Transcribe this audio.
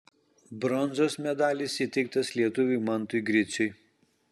bronzos medalis įteiktas lietuviui mantui griciui